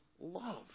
love